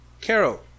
Carol